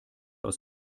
aus